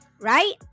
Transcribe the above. Right